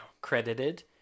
credited